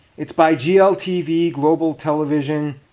it's by gltv global television.